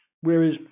Whereas